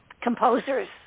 composers